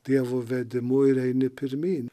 dievo vedimu ir eini pirmyn